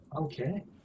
Okay